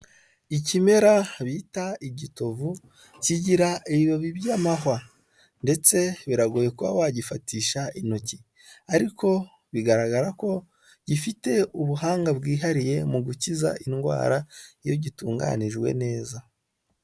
Ikimera bita igitovu kigira ibibabi by'amahwa ndetse biragoye kuba wagifatisha intoki, ariko bigaragara ko gifite ubuhanga bwihariye mu gukiza indwara iyo gitunganijwe neza.